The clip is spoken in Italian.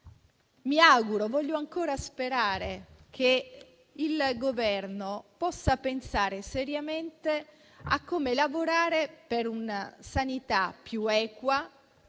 mi auguro - e voglio ancora sperare - che il Governo possa pensare seriamente a come lavorare per una sanità più equa